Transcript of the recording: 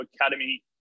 Academy